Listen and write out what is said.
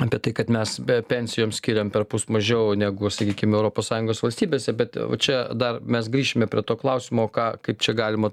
apie tai kad mes be pensijom skiriam perpus mažiau negu sakykim europos sąjungos valstybėse bet čia dar mes grįšime prie to klausimo ką kaip čia galima